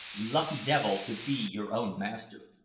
lucky devil to be your own master!